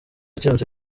kiramutse